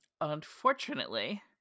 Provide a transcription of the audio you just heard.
Unfortunately